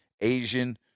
Asian